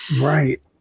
right